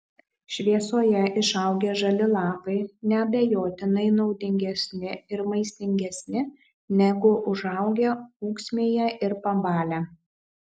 šviesoje išaugę žali lapai neabejotinai naudingesni ir maistingesni negu užaugę ūksmėje ir pabalę